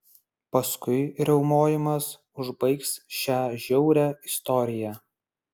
paskui riaumojimas užbaigs šią žiaurią istoriją